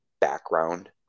background